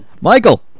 Michael